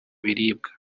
biribwa